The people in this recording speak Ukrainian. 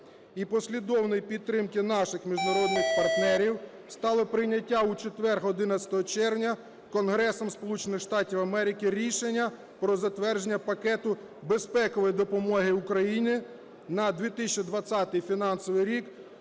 і послідовної підтримки наших міжнародних партнерів стало прийняття у четвер 11 червня Конгресом Сполучених Штатів Америки рішення про затвердження пакету безпекової допомоги Україні на 2020 фінансовий рік